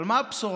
אבל מה הבשורה?